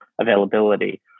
availability